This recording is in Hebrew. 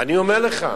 אני אומר לך,